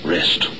Rest